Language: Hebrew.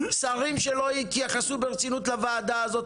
שרים שלא יתייחסו ברצינות לוועדה הזאת,